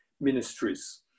ministries